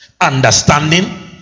understanding